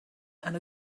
and